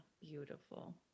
beautiful